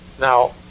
Now